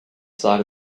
side